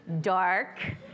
dark